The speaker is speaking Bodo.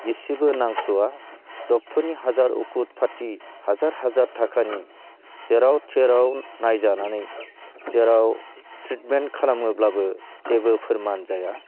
इसिबो नांसआ ड'क्टरनि हाजार उखुद फाथि हाजार हाजार थाखानि जेराव थेराव नायजानानै जेराव ट्रिटमेन्ट खालामोब्लाबो जेबो फोरमान जाया